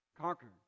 conquered